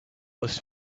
was